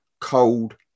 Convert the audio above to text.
cold